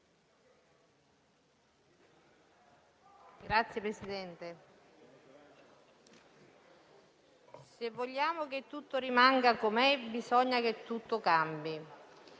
Signor Presidente, se vogliamo che tutto rimanga com'è, bisogna che tutto cambi.